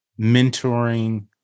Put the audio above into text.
mentoring